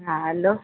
हा हैलो